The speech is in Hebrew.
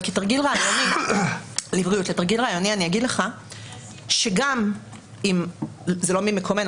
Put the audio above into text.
אבל כתרגיל רעיוני אני אגיד לך שזה לא ממקומנו,